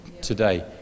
today